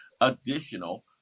additional